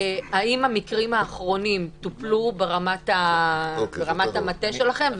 האם המקרים האחרונים טופלו ברמת המטה שלכם?